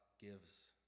gives